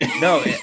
No